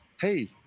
hey